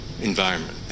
environment